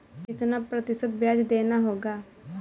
कितना प्रतिशत ब्याज देना होगा?